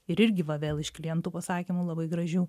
ir irgi va vėl iš klientų pasakymų labai gražių